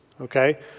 okay